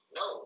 no